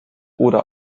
oder